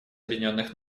объединенных